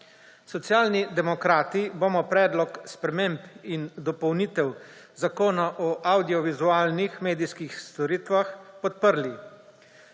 Socialni demokrati bomo predlog sprememb in dopolnitev Zakona o avdiovizualnih medijskih storitvah podprli,